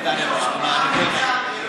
100 מיליון מתוך 4 מיליארד.